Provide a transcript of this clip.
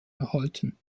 erhalten